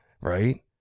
right